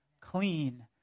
clean